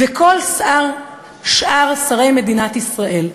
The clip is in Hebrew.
וכל שאר שרי מדינת ישראל.